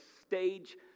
stage